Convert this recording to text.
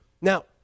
Now